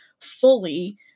fully